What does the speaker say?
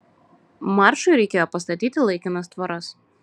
maršui reikėjo pastatyti laikinas tvoras